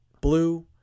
blue